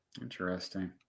Interesting